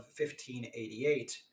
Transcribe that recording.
1588